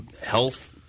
Health